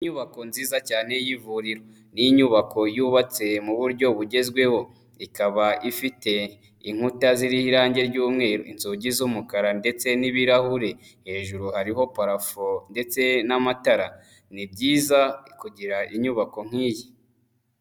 Inyubako nziza cyane y'ivuriro, ni inyubako yubatse mu buryo bugezweho, ikaba ifite inkuta ziriho irangi ry'umweru inzugi z'umukara ndetse n'ibirahuri, hejuru hariho parafo ndetse n'amatara, ni byiza kugira inyubako nk'iyi.